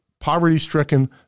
poverty-stricken